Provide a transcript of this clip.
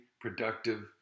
productive